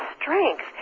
strength